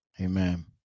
Amen